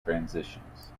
transitions